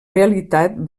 realitat